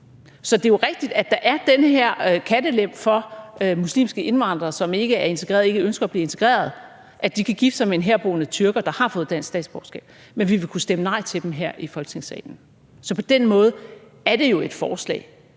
Så det er jo rigtigt, at der er den her kattelem for muslimske indvandrere, som ikke er integreret og ikke ønsker at blive integreret, at de kan gifte sig med en herboende tyrker, der har fået dansk statsborgerskab, men vi vil kunne stemme nej til dem her i Folketingssalen. Så på den måde er det jo et forslag,